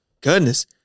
goodness